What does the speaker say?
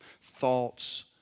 thoughts